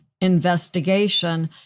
investigation